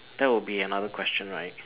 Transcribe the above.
that would be another question right